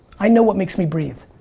i know what makes me breathe.